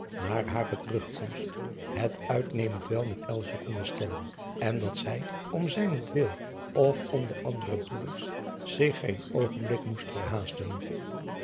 naar hare terugkomst het uitnemend wel met konden stellen en dat zij om zijnentwil of om de andere broeders zich geen oogenblik moest